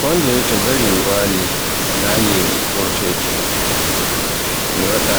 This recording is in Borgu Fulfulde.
Kondeye to gari wali, nange wurtoyke mi waɗa